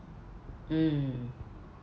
mm